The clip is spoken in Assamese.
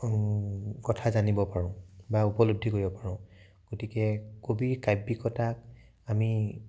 কথা জানিব পাৰোঁ বা উপলব্ধি কৰিব পাৰোঁ গতিকে কবিৰ কাব্যিকতাক আমি